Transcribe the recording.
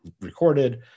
recorded